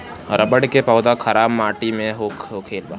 रबड़ के पौधा खराब माटी में भी होखेला